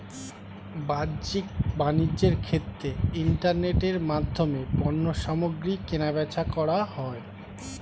বাহ্যিক বাণিজ্যের ক্ষেত্রে ইন্টারনেটের মাধ্যমে পণ্যসামগ্রী কেনাবেচা করা হয়